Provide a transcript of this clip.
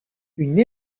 une